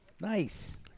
Nice